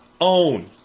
own